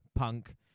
Punk